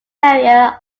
area